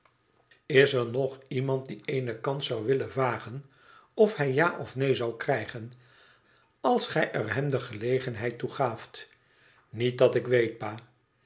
is er nog iemand die eene kans zou willen wagen of hij ja of neen zou krijgen als gij er hem de gelegenheid toe gaaft nietdatik weet pa